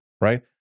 right